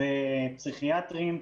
פסיכיאטרים,